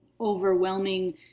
overwhelming